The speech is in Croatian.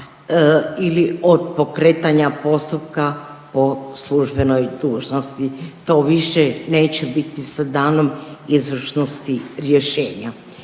ili od pokretanja postupka po službenoj dužnosti, to neće više biti sa danom izvršnosti rješenja.